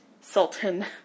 Sultan